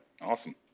Awesome